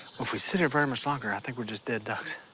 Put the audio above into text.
well if we sit here very much longer i think we're just dead ducks.